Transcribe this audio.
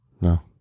No